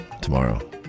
tomorrow